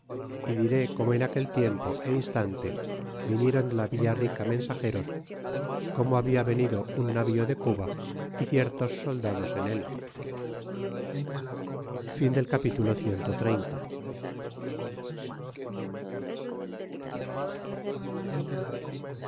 y diré como en aquel tiempo é instante vinieron de la villa rica mensageros como habia venido un navío de cuba y ciertos soldados en él capitulo